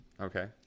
Okay